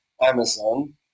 Amazon